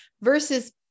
versus